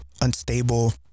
unstable